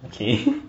okay